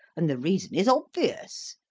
and the reason is obvious.